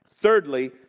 Thirdly